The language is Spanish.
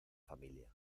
familia